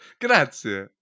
Grazie